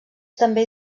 també